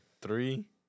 Three